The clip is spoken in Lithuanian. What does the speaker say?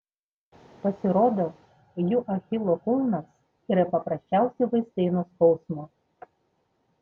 pasirodo jų achilo kulnas yra paprasčiausi vaistai nuo skausmo